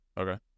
okay